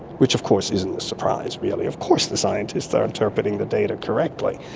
which of course isn't a surprise really. of course the scientists are interpreting the data correctly.